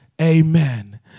Amen